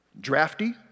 drafty